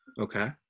Okay